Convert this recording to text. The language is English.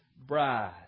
bride